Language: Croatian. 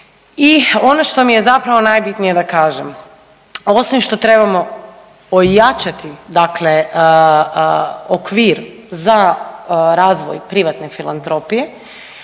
I ono što mi je zapravo najbitnije da kažem osim što trebamo ojačati, dakle okvir za razvoj privatne filantropije,